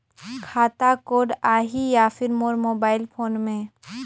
खाता कोड आही या फिर मोर मोबाइल फोन मे?